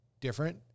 different